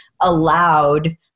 allowed